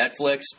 Netflix